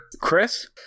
Chris